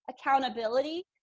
accountability